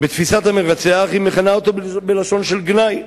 בתפיסת המרצח היא מכנה אותו בלשון של גנאי,